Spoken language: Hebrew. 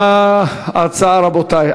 מה ההצעה, רבותי?